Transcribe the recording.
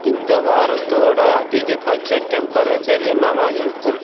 இந்த வாரத்தோட அதிகபட்சம் டெம்பரேச்சர் என்னவாக இருக்கும்